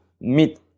meet